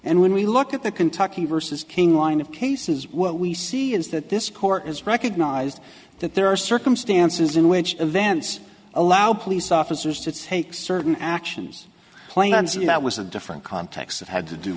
and when we look at the kentucky versus king line of cases what we see is that this court has recognized that there are circumstances in which events allow police officers to take certain actions plain and z that was a different context of had to do